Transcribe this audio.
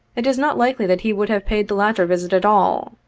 it is not likely that he would have paid the latter visit at all.